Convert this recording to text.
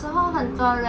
mm